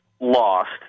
lost